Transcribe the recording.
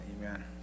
amen